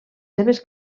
seves